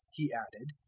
he added,